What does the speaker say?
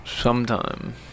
sometime